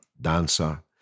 dancer